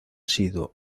sido